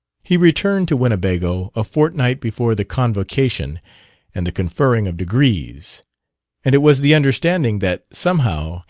he returned to winnebago a fortnight before the convocation and the conferring of degrees and it was the understanding that, somehow,